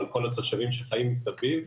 על כל התושבים שחיים מסביב.